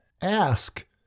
Ask